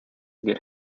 get